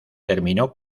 terminó